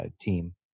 team